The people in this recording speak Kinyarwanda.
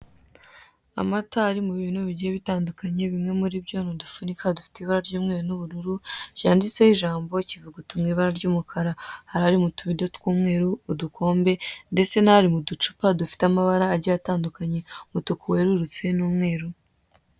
Amata ari mu bintu bigiye bitandukanye, bimwe muri byo ni udufunika dufite ibara ry'umweru n'ubururu yanditse ijambo ikivuguto mu ibara ry'umukara, hari ari mu tubido tw'umweru, udukombe, ndetse n'ari mu ducupa dufite amabara agiye atandukanye: umutuku werurutse n'umweru.